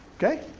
okay?